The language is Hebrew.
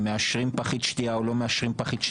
מאשרים פחית שתייה או לא מאשרים אותה,